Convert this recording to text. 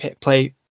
play